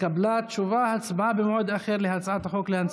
תשובה והצבעה במועד אחר להצעת החוק להנצחת,